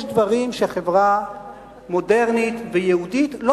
יש דברים שחברה מודרנית ויהודית לא